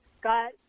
got